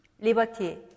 Liberty